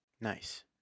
nice